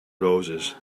roses